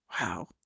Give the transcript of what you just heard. wow